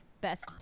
best